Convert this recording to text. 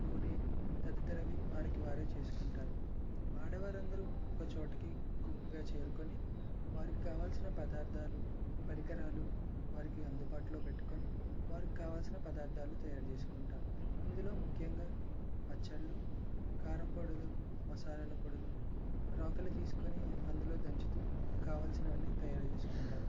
నూనె తదితరవి వారికి వారు చేసుకుంటారు ఆడవారు అందరు ఒక చోటికి గుంపుగా చేరుకొని వారికి కావలసిన పదార్థాలు పరికరాలు వారికి అందుబాటులో పెట్టుకొని వారికి కావాల్సిన పదార్థాలు తయారు చేసుకుంటారు ఇందులో ముఖ్యంగా పచ్చళ్ళు కారంపొడులు మసాలాల పొడులు రోకలి తీసుకొని అందులో దంచుతు కావలిసినవి అన్నీ తయారు చేసుకుంటారు